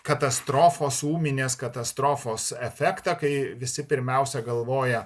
katastrofos ūminės katastrofos efektą kai visi pirmiausia galvoja